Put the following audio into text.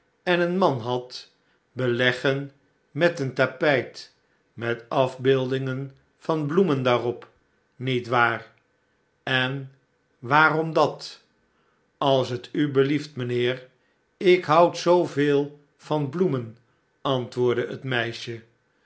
en een man hadt beleggen met een tapijt met afbeeldingen van bloemen daarop niet waar en waarom dat als t u belieft mijnheer ik houd zooveel van bloemen antwoordde het meisje